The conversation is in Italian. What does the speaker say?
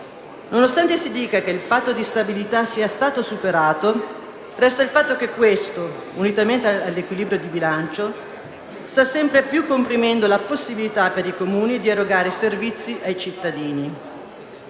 Nonostante si dica che il Patto di stabilità è stato superato, resta il fatto che questo, unitamente all'equilibrio di bilancio, sta sempre più comprimendo la possibilità per i Comuni di erogare servizi ai cittadini.